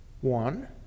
One